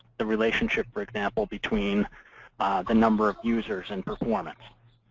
the relationship, for example, between the number of users and performance.